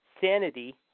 Sanity